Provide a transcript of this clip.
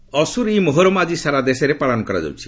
ମୋହରମ ଅସ୍କର ଇ ମୋହରମ୍ ଆଜି ସାରା ଦେଶରେ ପାଳନ କରାଯାଉଛି